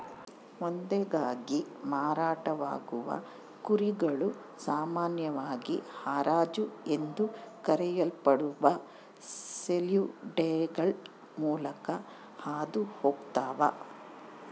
ವಧೆಗಾಗಿ ಮಾರಾಟವಾಗುವ ಕುರಿಗಳು ಸಾಮಾನ್ಯವಾಗಿ ಹರಾಜು ಎಂದು ಕರೆಯಲ್ಪಡುವ ಸೇಲ್ಯಾರ್ಡ್ಗಳ ಮೂಲಕ ಹಾದು ಹೋಗ್ತವ